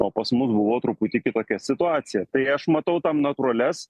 o pas mus buvo truputį kitokia situacija tai aš matau tam natūralias